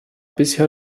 bisher